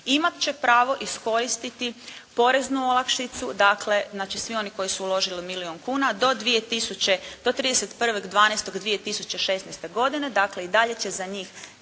imat će pravo iskoristiti poreznu olakšicu dakle znači svi oni koji su uložili milijun kuna do 2000, do 31.12.2016. godine dakle i dalje će za njih